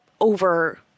over